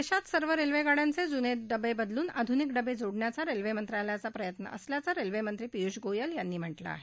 देशात सर्व रेल्वेगाड्यांचे जुने डबे बदलून आध्निक डबे जोडण्याचा रेल्वे मंत्रालयाचा प्रयत्न असल्याचं रेल्वे मंत्री पियूष गोयल यांनी म्हटलं आहे